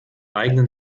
eigenen